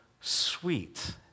sweet